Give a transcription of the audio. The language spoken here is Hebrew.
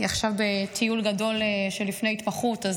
היא עכשיו בטיול גדול שלפני התמחות,